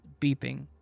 beeping